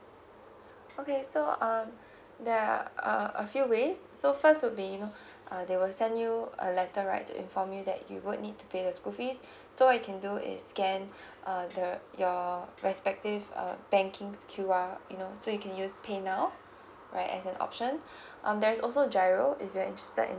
okay so um there are uh a few ways so first would be you know uh they will send you a letter right to inform you that you would need to pay the school fees so what you can do is scann uh the your respective um banking's Q_R you know so you can use paynow right as an option um there's also G_I_R_O if you're interested in